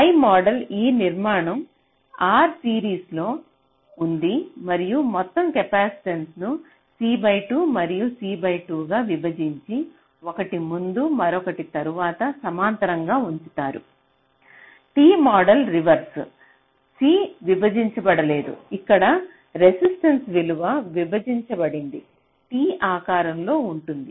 పై model ఈ నిర్మాణం R సిరీస్లో ఉంది మరియు మొత్తం కెపాసిటెన్స ను C బై 2 మరియు C బై 2 గా విభజించి ఒకటి ముందు మరొకటి తరువాత సమాంతరంగా ఉంచుతారు T మోడల్ రివర్స్ C విభజించబడలేదు ఇక్కడ రెసిస్టెంట్స విలువ విభజించబడింది T ఆకారంలో ఉంటుంది